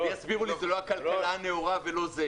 יסבירו לי שזה לא הכלכלה הנאורה, ולא זה.